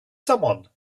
someone